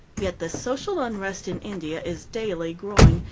yet the social unrest in india is daily growing,